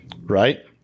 Right